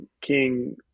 King